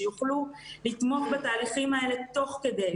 שיוכלו לתמוך בתהליכים האלה תוך כדי,